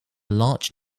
large